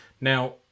Now